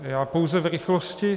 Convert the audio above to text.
Já pouze v rychlosti.